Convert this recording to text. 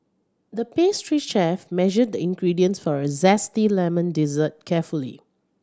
the pastry chef measured the ingredients for a zesty lemon dessert carefully